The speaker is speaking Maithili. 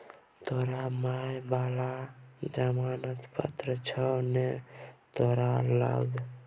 तोहर माय बला जमानत पत्र छौ ने तोरा लग